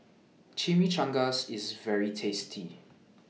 Chimichangas IS very tasty